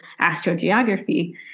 astrogeography